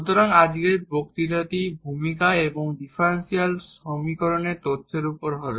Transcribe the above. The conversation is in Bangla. সুতরাং আজকের বক্তৃতাটি ভূমিকা এবং ডিফারেনশিয়াল সমীকরণের তথ্যের ওপর হবে